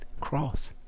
cross